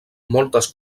moltes